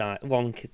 one